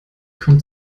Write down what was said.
kommt